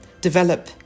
develop